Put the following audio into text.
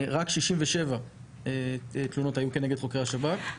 רק 67 תלונות היו כנגד חוקר השב"כ.